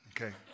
Okay